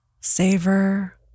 savor